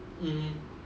mm